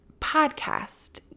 podcast